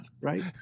right